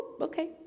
okay